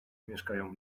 mieszkają